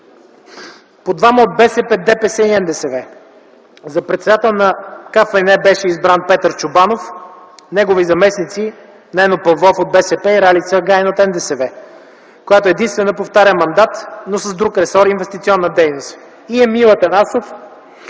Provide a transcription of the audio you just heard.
по двама от БСП, ДПС и НДСВ. За председател на Комисията за финансов надзор беше избран Петър Чобанов, негови заместници – Нено Павлов от БСП, Ралица Агайн от НДСВ, която единствена повтаря мандат, но с друг ресор –„ Инвестиционна дейност ”, и Емил Атанасов